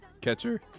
Catcher